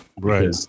Right